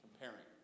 Comparing